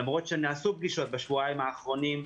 למרות שנעשו פגישות בשבועיים האחרונים.